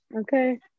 Okay